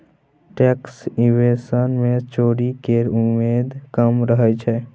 tax evasion मे चोरी केर उमेद कम रहय छै